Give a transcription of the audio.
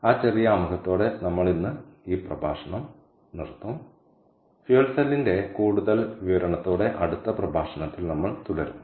ആ ചെറിയ ആമുഖത്തോടെ നമ്മൾ ഇന്ന് ഈ പ്രഭാഷണം നിർത്തുത്തും ഇന്ധന സെല്ലിന്റെ കൂടുതൽ വിവരണത്തോടെ അടുത്ത പ്രഭാഷണത്തിൽ നമ്മൾ തുടരും